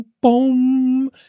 boom